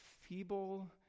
feeble